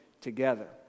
together